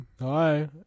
hi